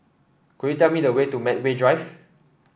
could you tell me the way to Medway Drive